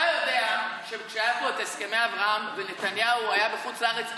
אתה יודע שכשהיו פה את הסכמי אברהם ונתניהו היה בחוץ לארץ,